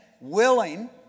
Willing